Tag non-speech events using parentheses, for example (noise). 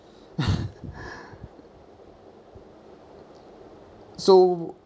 (laughs) so